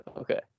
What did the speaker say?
Okay